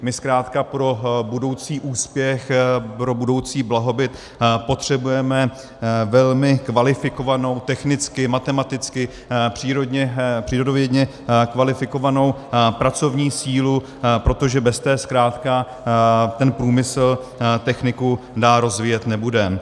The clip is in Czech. My zkrátka pro budoucí úspěch, pro budoucí blahobyt potřebujeme velmi kvalifikovanou, technicky, matematicky, přírodovědně kvalifikovanou pracovní sílu, protože bez té zkrátka ten průmysl, techniku, dál rozvíjet nebudeme.